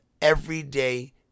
everyday